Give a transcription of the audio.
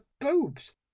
boobs